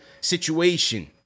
situation